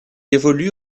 évolue